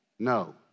No